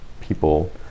people